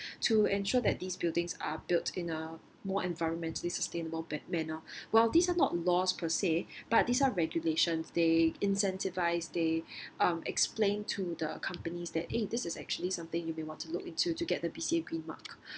to ensure that these buildings are built in a more environmentally sustainable man~ manner while these are not laws per se but these are regulations they incentivise they um explain to the companies that eh this is actually something you may want to look into to get the B_C_A green mark